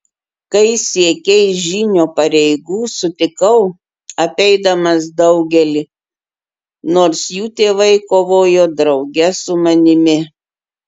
kai siekei žynio pareigų sutikau apeidamas daugelį nors jų tėvai kovojo drauge su manimi